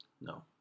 No